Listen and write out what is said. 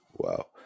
Wow